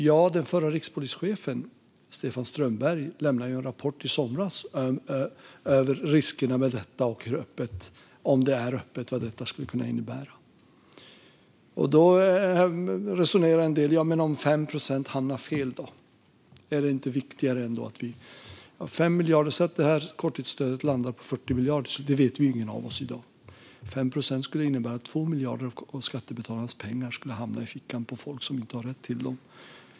Ja, den tidigare rikspolischefen Stefan Strömberg har lämnat en rapport över riskerna med detta och vad det skulle kunna innebära om det är öppet. Då resonerar en del: Ja, men om 5 procent hamnar fel då? Är det inte det mindre viktiga i sammanhanget? Men säg att det här korttidsstödet landar på 40 miljarder; hur mycket det blir vet ingen av oss i dag. 5 procent skulle då innebära att 2 miljarder av skattebetalarnas pengar skulle hamna i fickan på folk som inte har rätt till dem.